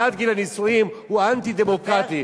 הנקודה ברורה,